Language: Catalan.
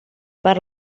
per